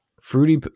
fruity